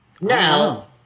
Now